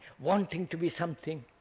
wanting to be something,